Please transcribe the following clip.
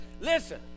listen